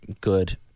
good